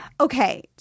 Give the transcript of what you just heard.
Okay